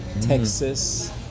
Texas